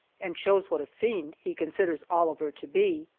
and shows what a fiend he considers oliver to be.